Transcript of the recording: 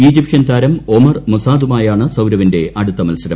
Egyptian താരം Omar മൊസാദുമായാണ് സൌരവിന്റെ അടുത്ത മത്സരം